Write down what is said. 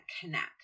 connect